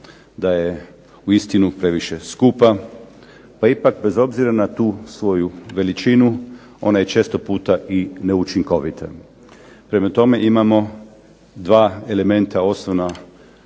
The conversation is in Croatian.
da je uistinu previše skupa, pa ipak bez obzira na tu svoju veličinu ona je često puta i neučinkovita. Prema tome imamo dva elementa osnovna